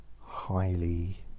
...highly